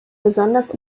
besonders